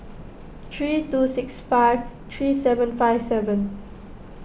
three two six five three seven five seven